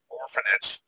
orphanage